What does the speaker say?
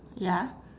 ya